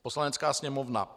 Poslanecká sněmovna